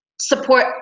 Support